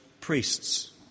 priests